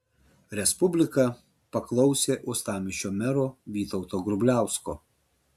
respublika paklausė uostamiesčio mero vytauto grubliausko